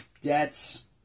Debts